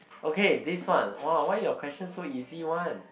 okay this one !wow! why your questions so easy one